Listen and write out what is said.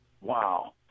Wow